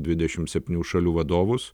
dvidešim septynių šalių vadovus